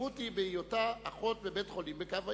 החשיבות היא בהיותה אחות בבית-חולים בקו העימות.